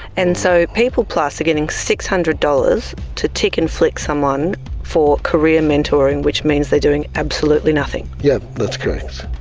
and so peopleplus are getting six hundred dollars to tick and flick someone for career mentoring which means they're doing absolutely nothing? yep. that's correct.